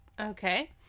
Okay